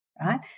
right